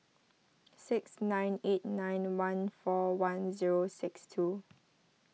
six nine eight nine one four one zero six two